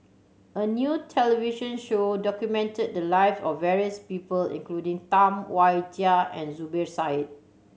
a new television show documented the lives of various people including Tam Wai Jia and Zubir Said